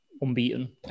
unbeaten